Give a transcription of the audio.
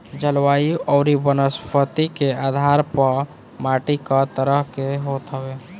जलवायु अउरी वनस्पति के आधार पअ माटी कई तरह के होत हवे